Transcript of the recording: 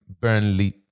Burnley